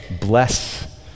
bless